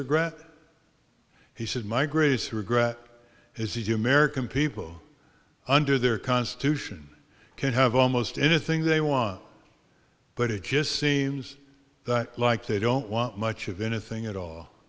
regret he said my greatest regret is the american people under their constitution can have almost anything they want but it just seems like they don't want much of anything at all